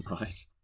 Right